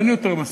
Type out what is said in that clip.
אין יותר מסכות.